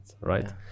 Right